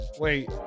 Wait